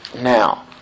Now